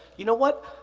you know what,